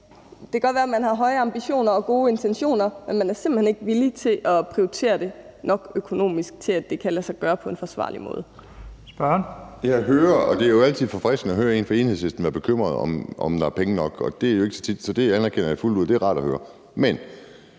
godt kan være, at man har høje ambitioner og gode intentioner, men man er simpelt hen ikke villig til at prioritere det højt nok økonomisk, til at det kan lade sig gøre på en forsvarlig måde. Kl. 18:14 Første næstformand (Leif Lahn Jensen): Spørgeren. Kl. 18:14 Kim Edberg Andersen (DD): Det er jo altid forfriskende at høre en fra Enhedslisten være bekymret om, om der er penge nok, og det er jo ikke så tit, så det anerkender jeg fuldt ud – det er rart at høre. Men